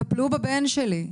טפלו בבן שלי.